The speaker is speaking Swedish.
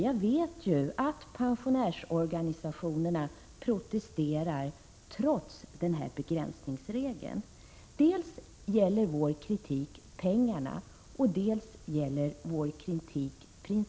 Jag vet att pensionärsorganisationerna protesterar trots begränsningsregeln. Vår kritik gäller dels pengarna, dels principen. Även med en begränsningsregel — Prot.